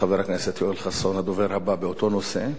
חבר הכנסת יואל חסון, הדובר הבא, באותו נושא.